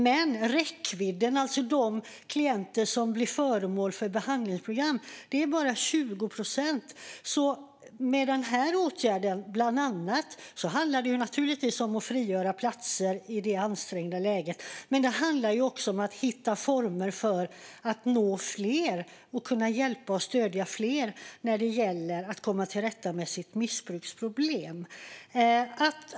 Men det är bara 20 procent av klienterna som blir föremål för behandlingsprogram. Denna åtgärd handlar naturligtvis om att frigöra platser i det nuvarande ansträngda läget. Men den handlar också om att hitta former för att nå fler och kunna hjälpa och stödja fler när det gäller att komma till rätta med deras missbruksproblem.